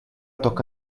tocca